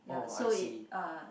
oh I see